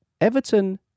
Everton